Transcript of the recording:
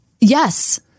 Yes